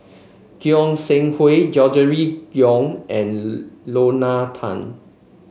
Goi Seng Hui Gregory Yong and Lorna Tan